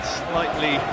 slightly